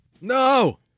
No